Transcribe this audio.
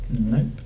nope